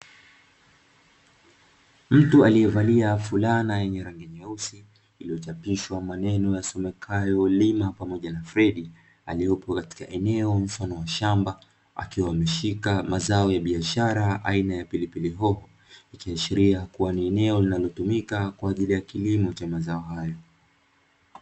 Mtu aliyevalia fulana yenye rangi nyeusi iliyochapishwa maneno yasomekayo "lima pamoja na fred", aliyopo katika eneo mfano wa shamba akiwa ameshika mazao ya biashara aina ya pilipili hoho, ikiashiria kuwa ni eneo linalotumika kwa ajili ya kilimo cha mazao hayo.